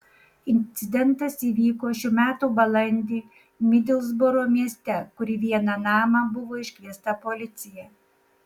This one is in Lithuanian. incidentas įvyko šių metų balandį midlsbro mieste kur į vieną namą buvo iškviesta policija